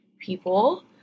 people